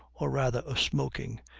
or rather a smoking,